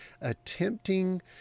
attempting